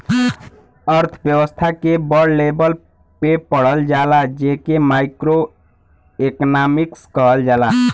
अर्थव्यस्था के बड़ लेवल पे पढ़ल जाला जे के माइक्रो एक्नामिक्स कहल जाला